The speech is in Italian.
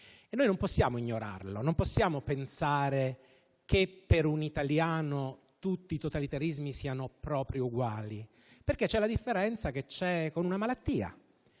Non possiamo ignorarlo. Non possiamo pensare che per un italiano tutti i totalitarismi siano proprio uguali, perché c'è la differenza che c'è con una malattia.